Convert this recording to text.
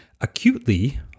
acutely